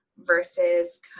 versus